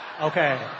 Okay